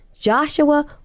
Joshua